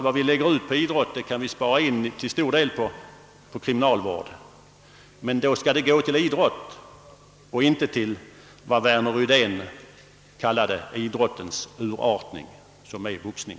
Vad vi lägger ut på idrotten kan till stor del sparas in på kriminalvård, men då skall pengarna gå till idrott och inte till vad Värner Rydén kallade »idrottens urartning» — som är boxning.